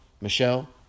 Michelle